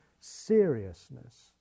seriousness